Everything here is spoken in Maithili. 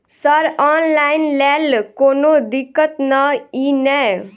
सर ऑनलाइन लैल कोनो दिक्कत न ई नै?